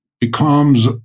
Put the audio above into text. becomes